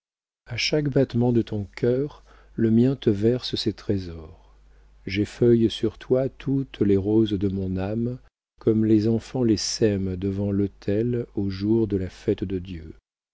a chaque battement de ton cœur le mien te verse ses trésors j'effeuille sur toi toutes les roses de mon âme comme les enfants les sèment devant l'autel au jour de la fête de dieu